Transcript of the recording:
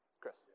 Chris